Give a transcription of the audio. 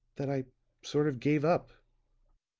that i sort of gave up.